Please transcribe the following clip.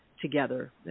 together